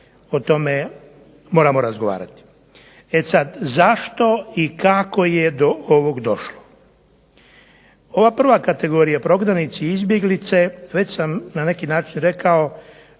o tome moramo razgovarati. E sad, zašto i kako je do ovoga došlo. Ova prva kategorija prognanici i izbjeglice već sam na neki način rekao